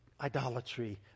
idolatry